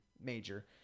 major